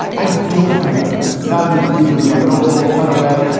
i don't know, not in the future is unknowable kind of way,